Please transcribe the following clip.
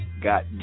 got